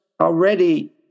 already